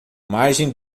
margem